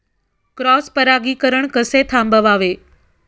Cross परागीकरण कसे थांबवावे?